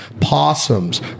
possums